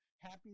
Happy